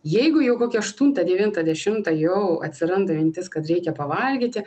jeigu jau kokią aštuntą devintą dešimtą jau atsiranda mintis kad reikia pavalgyti